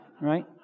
Right